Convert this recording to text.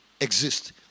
exist